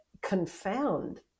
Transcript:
confound